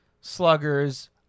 sluggers